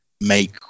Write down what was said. make